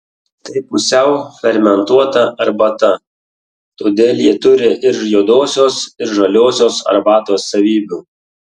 tai pusiau fermentuota arbata todėl ji turi ir juodosios ir žaliosios arbatos savybių